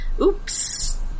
oops